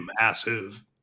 massive